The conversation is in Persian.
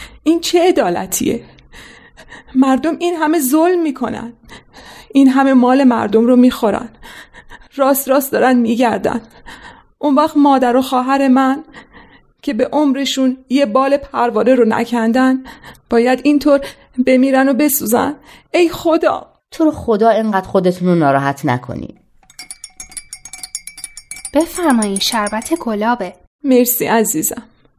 این چه عدالتیه؟ مردم این همه ظلم می‌کنن. این همه مال مردم رو می‌خورن. راست راست دارن می‌گردن. اون وقت مادر و خواهر من که به عمرشون یه بال پروانه رو نکندن، باید اینطور بمیرن و بسوزن. ای خدا! تو رو خدا اینقدر خودتون رو ناراحت نکنی. بفرمایی، شربت گلابه. مرسی عزیزم.